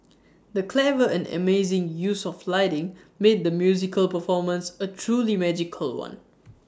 the clever and amazing use of lighting made the musical performances A truly magical one